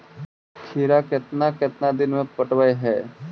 खिरा केतना केतना दिन में पटैबए है?